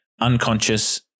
unconscious